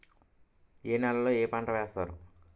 ఏ నేలలో ఏ పంట వేస్తారు?